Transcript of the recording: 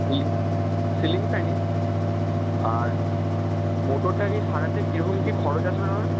ceiling ceiling ফ্যানই আর মোটরটাকে সারাতে কীরকম কী খরচ আসবে দাদা